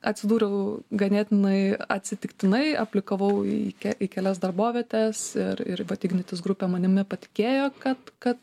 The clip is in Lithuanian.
atsidūriau ganėtinai atsitiktinai aplikavau į kelias darbovietes ir ir vat ignitis grupė manimi patikėjo kad kad